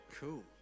Cool